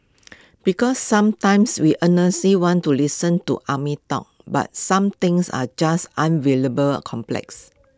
because sometimes we earnestly want to listen to army talk but some things are just unbelievably complex